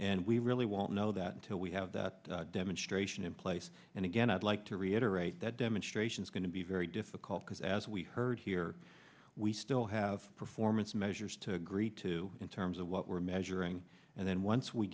and we really won't know that until we have that demonstration in place and again i'd like to reiterate that demonstration is going to be very difficult because as we've heard here we still have performance measures to agree to in terms of what we're measuring and then once we